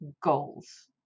goals